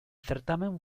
certamen